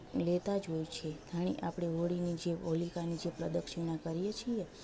લેતા જ હોય છે ધાણી આપણે હોળીની જે હોલિકાની જે પ્રદક્ષિણા કરીએ છીએ